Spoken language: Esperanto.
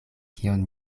kion